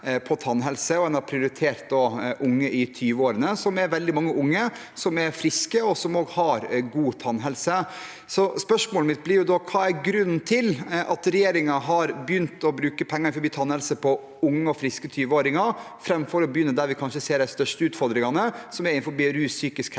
og en har prioritert unge i 20-årene. Det er veldig mange unge som er friske, og som òg har god tannhelse, så spørsmålet mitt blir da: Hva er grunnen til at regjeringen har begynt med å bruke penger til tannhelse på unge og friske 20-åringer framfor å begynne der vi kanskje ser de største utfordringene, som er innenfor rus, psykisk helse